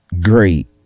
great